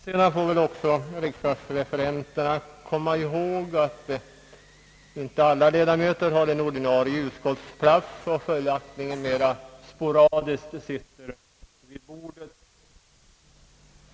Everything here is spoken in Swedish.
Sedan får också riksdagsreferenterna komma ihåg att inte alla ledamöter har en ordinarie utskottsplats och följaktligen mera sporadiskt sitter vid bordet.